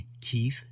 Keith